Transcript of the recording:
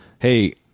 Hey